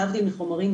להבדיל מחומרים,